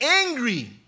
angry